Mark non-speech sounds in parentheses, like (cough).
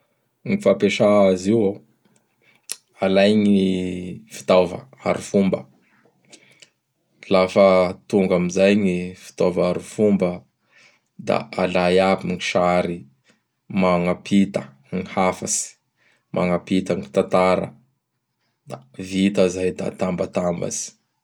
Gn fampiasa azy io oh! (noise) Alay gny fitaova ary fomba. (noise) Lafa tonga amin'izay gny fitaova ary fomba; (noise) da alay aby gny sary magnapita gn hafatsy; magnampita gny tatara. Da vita zay; da atambatambatsy.